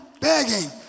begging